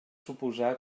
suposar